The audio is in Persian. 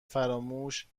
فراموش